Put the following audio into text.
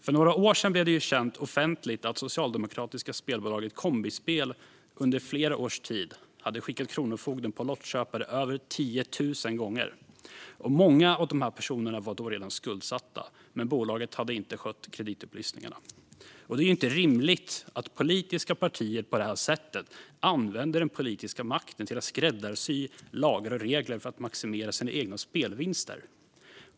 För några år sedan blev det känt offentligt att det socialdemokratiska spelbolaget Kombispel under flera års tid hade skickat kronofogden på lottköpare över 10 000 gånger. Och många av dessa personer var då redan skuldsatta, men bolaget hade inte skött kreditupplysningarna. Det är inte rimligt att politiska partier på detta sätt använder den politiska makten för att skräddarsy lagar och regler för att maximera sina egna spelvinster.